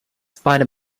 spider